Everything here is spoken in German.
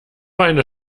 eine